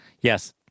Yes